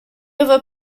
other